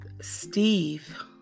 Steve